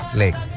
lake